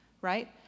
right